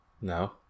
no